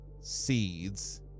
seeds